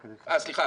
רק 1-4. סליחה.